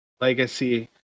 legacy